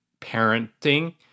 parenting